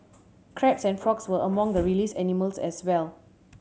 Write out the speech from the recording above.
crabs and frogs were among the released animals as well